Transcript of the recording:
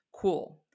Cool